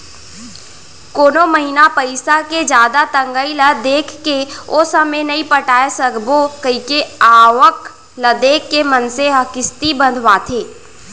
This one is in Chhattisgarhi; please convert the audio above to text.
कोनो महिना पइसा के जादा तंगई ल देखके ओ समे नइ पटाय सकबो कइके आवक ल देख के मनसे ह किस्ती बंधवाथे